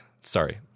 sorry